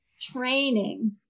training